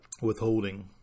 withholding